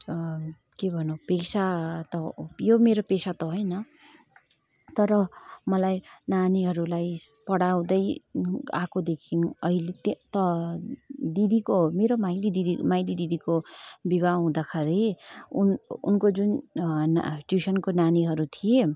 के भनौँ पेसा त यो मेरो पेसा त होइन तर मलाई नानीहरूलाई पढाउँदै आएकोदेखिन् अहिले त दिदीको मेरो माइली दिदी माइली दिदीको विवाह हुँदाखेरि उनको उनको जुन ट्युसनको नानीहरू थिए